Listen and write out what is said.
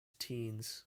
teens